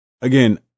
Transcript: again